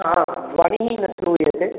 ध्वनिः न श्रूयते